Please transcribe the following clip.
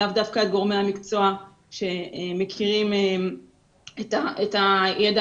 לאו דווקא את גורמי המקצוע שמכירים את הידע